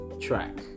track